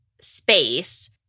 space